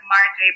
March